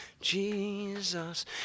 Jesus